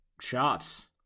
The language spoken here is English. shots